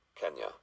Kenya